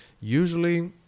usually